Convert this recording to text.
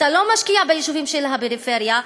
אתה לא משקיע ביישובים של הפריפריה,